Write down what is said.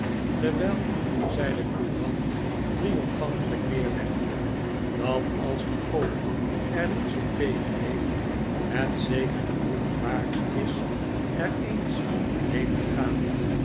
terwijl zij de courant triomfantelijk neerlegde dat als uw oom er niets op tegen heeft het zeker de moeite waard is er eens heen te gaan